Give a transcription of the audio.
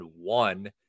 one